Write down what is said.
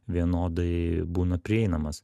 vienodai būna prieinamas